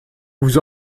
vous